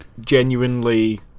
genuinely